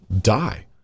die